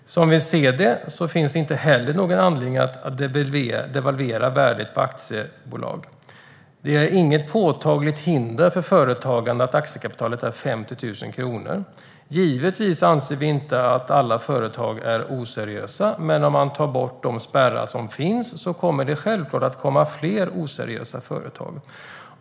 - Som vi ser det finns det inte heller någon anledning att nu devalvera värdet på aktiebolag. - Det är inget påtagligt hinder för företagande att aktiekapitalet är 50 000 kronor. - Givetvis anser vi inte att alla företag är oseriösa. Men om man tar bort de spärrar som finns kommer det självklart att komma fler oseriösa företag.